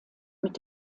mit